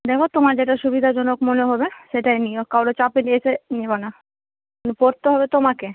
দেখো তোমার যেটা সুবিধাজনক মনে হবে সেটাই নিও কারো চাপে এসে নিও না পড়তে হবে তোমাকে